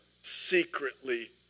secretly